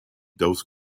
other